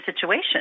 situation